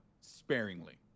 sparingly